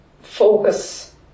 focus